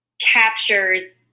captures